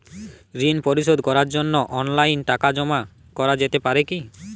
ঋন পরিশোধ করার জন্য অনলাইন টাকা জমা করা যেতে পারে কি?